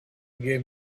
gave